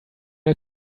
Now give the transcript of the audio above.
der